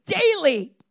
Daily